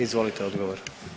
Izvolite odgovor.